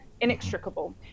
inextricable